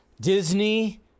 Disney